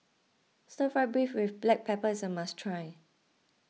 Stir Fried Beef with Black Pepper is a must try